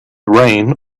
reign